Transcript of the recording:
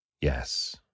Yes